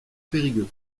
périgueux